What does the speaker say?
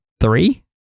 Three